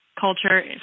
Culture